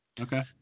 Okay